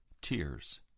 tears